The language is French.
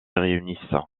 réunissent